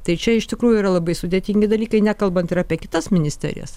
tai čia iš tikrųjų yra labai sudėtingi dalykai nekalbant ir apie kitas ministerijas